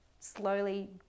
Slowly